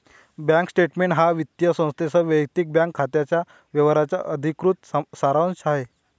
bank statement हा वित्तीय संस्थेसह वैयक्तिक बँक खात्याच्या व्यवहारांचा अधिकृत सारांश आहे